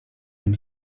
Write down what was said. nim